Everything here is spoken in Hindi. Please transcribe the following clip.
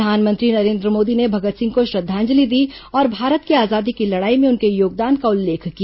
प्रधानमंत्री नरेन्द्र मोदी ने भगत सिंह को श्रद्वांजलि दी और भारत की आजादी की लड़ाई में उनके योगदान का उल्लेख किया